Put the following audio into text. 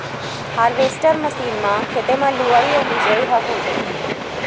harvester machine म खेते म लुवई अउ मिजई ह हो जाथे